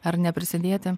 ar neprisidėti